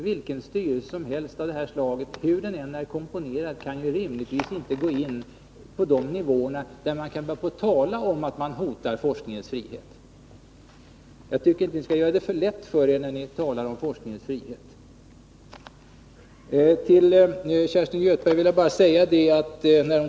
Vilken styrelse som helst av det här slaget, hur den än är konstruerad, kan rimligtvis inte gå in på de nivåer där man kan börja tala om att man hotar forskningens frihet. Jag tycker inte att ni skall göra det för lätt för er när ni talar om forskningens frihet. Kerstin Göthberg tar upp datalogin.